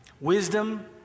Wisdom